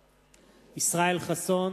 אינו משתתף בהצבעה ישראל חסון,